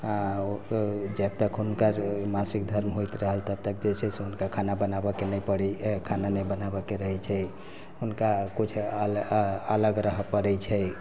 जब तक हुनकर मासिक धर्म होइत रहल तब तक छै हुनका खाना बनाबऽके नहि पड़ैया खाना नहि बनाबऽके रहैत छै हुनका किछु अलग रहै पड़ैत छै